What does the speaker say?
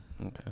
Okay